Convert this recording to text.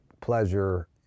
pleasure